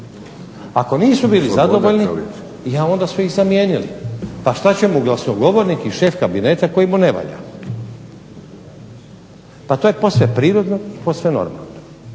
Ako nisu bili zadovoljni onda su ih zamijenili, pa što će mu šef kabineta koji mu ne valja. Pa to je posve prirodno i posve normalno.